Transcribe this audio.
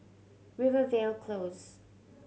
Rivervale Close